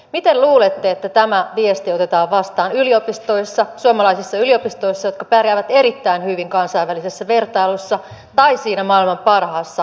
miten luulette että tämä viesti otetaan vastaan suomalaisissa yliopistoissa jotka pärjäävät erittäin hyvin kansainvälisessä vertailussa tai siinä maailman parhaassa peruskoulussa